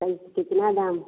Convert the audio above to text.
अरे तो कितना दाम है